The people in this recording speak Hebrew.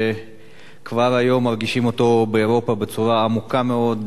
שכבר היום מרגישים אותו באירופה בצורה עמוקה מאוד,